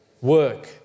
work